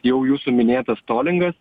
jau jūsų minėtas tolingas